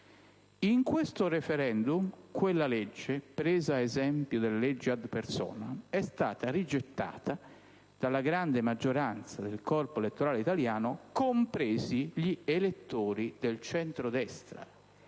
In tale *referendum* quella legge, presa ad esempio tra le leggi *ad personam*, è stata rigettata dalla grande maggioranza del corpo elettorale italiano, compresi gli elettori del centrodestra.